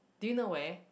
do you know where